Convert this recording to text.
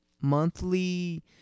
monthly